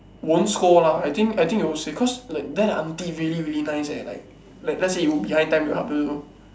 won't scold lah I think I think they it was because like there aunty really really nice eh like like let's say you behind time they help you